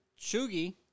Shugi